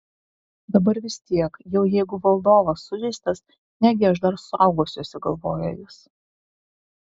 dabar vis tiek jau jeigu valdovas sužeistas negi aš dar saugosiuosi galvojo jis